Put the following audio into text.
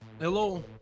Hello